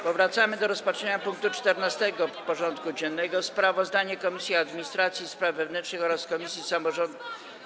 Powracamy do rozpatrzenia punktu 14. porządku dziennego: Sprawozdanie Komisji Administracji i Spraw Wewnętrznych oraz Komisji Samorządu Terytorialnego.